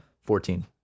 Fourteen